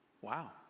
Wow